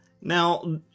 now